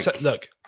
Look